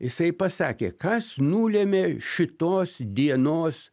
jisai pasakė kas nulėmė šitos dienos